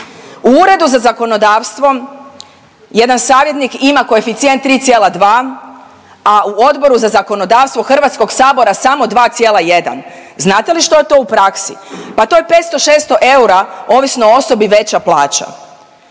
U Uredu za zakonodavstvo jedan savjetnik ima koeficijent 3,2, a u Odboru za zakonodavstvo HS-a samo 2,1. Znate li što je to u praksi? Pa to je 500, 600 eura ovisno o osobi, veća plaća.